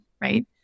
right